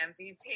MVP